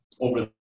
over